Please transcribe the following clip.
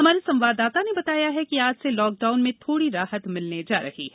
हमारे संवाददाता ने बताया है कि आज से लॉकडाउन में थोड़ी राहत मिलने जा रही है